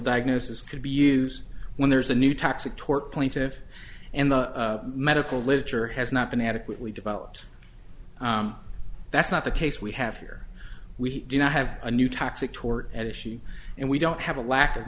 diagnosis could be use when there's a new toxic tort plaintive and the medical literature has not been adequately developed that's not the case we have here we do not have a new toxic tort at issue and we don't have a lack of